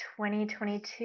2022